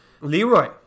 leroy